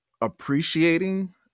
appreciating